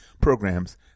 programs